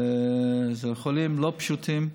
אלה חולים לא פשוטים.